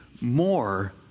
more